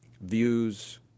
views